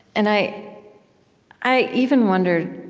and i i even wondered,